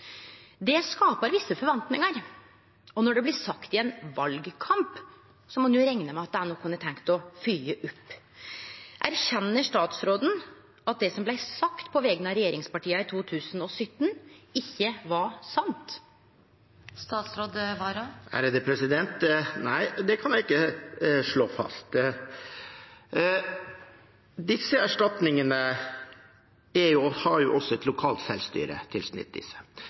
Det skapar visse forventingar, og når det blir sagt i ein valkamp, må ein jo rekne med at det er noko ein har tenkt å følgje opp. Erkjenner statsråden at det som blei sagt på vegner av regjeringspartia i 2017, ikkje var sant? Nei, det kan jeg ikke slå fast. Disse erstatningene har også et lokalt